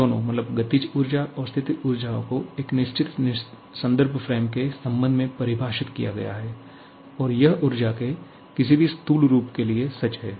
दोनों गतिज ऊर्जा और स्थितिज ऊर्जाओं को एक निश्चित संदर्भ फ्रेम के संबंध में परिभाषित किया गया है और यह ऊर्जा के किसी भी स्थूल रूप के लिए सच है